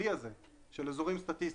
שהכלי הזה של אזורים סטטיסטיים,